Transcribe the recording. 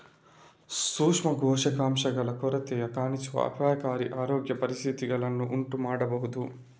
ಸೂಕ್ಷ್ಮ ಪೋಷಕಾಂಶಗಳ ಕೊರತೆಯು ಕಾಣಿಸುವ ಅಪಾಯಕಾರಿ ಆರೋಗ್ಯ ಪರಿಸ್ಥಿತಿಗಳನ್ನು ಉಂಟು ಮಾಡಬಹುದು